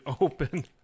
open